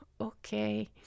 okay